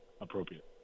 appropriate